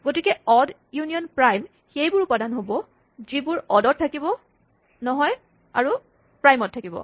গতিকে odd union prime সেইবোৰ উপাদান হ'ব যিবোৰ হয় অডত থাকিব নহয় প্ৰাইমত থাকিব